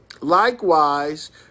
Likewise